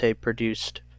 produced